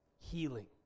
healing